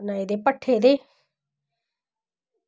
बनाये ते भट्ठे दे